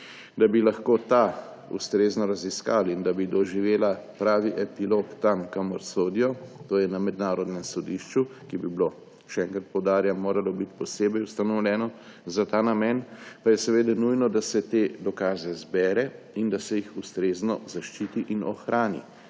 Da bi lahko te ustrezno raziskali in da bi doživeli pravi epilog tam, kamor sodijo, to je na mednarodnem sodišču, ki bi, še enkrat poudarjam, moralo biti posebej ustanovljeno za ta namen, pa je seveda nujno, da se te dokaze zbere in da se jih ustrezno zaščiti in ohrani.